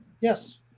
yes